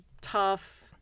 tough